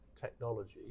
technology